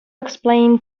explain